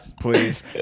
please